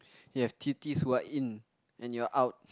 you have tutees who are in and you're out